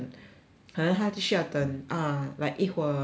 可能它就是要等 ah like 一会儿 after 它